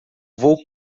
vou